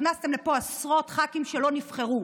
הכנסתם לפה עשרות ח"כים שלא נבחרו,